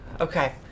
Okay